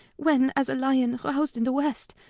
when as a lyon, roused in the west,